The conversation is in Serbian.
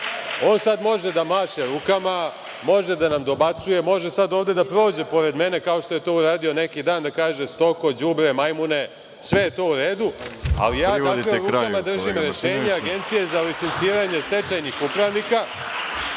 sada može da maše rukama, može da nam dobacuje, može sad ovde da prođe pored mene kao što je to uradio neki dan, da kaže – stoko, đubre, majmune, sve je to u redu, ali ja u rukama držim rešenja Agencije za licenciranje stečajnih upravnika